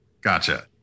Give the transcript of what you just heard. gotcha